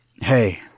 hey